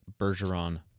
Bergeron